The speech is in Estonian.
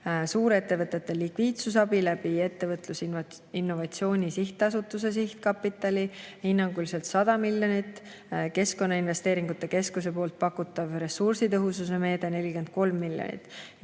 suurettevõtete likviidsusabi läbi Ettevõtluse ja Innovatsiooni Sihtasutuse sihtkapitali hinnanguliselt 100 miljonit, Keskkonnainvesteeringute Keskuse pakutav ressursitõhususe meede 43 miljonit.